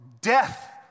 death